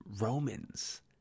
Romans